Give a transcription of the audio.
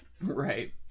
right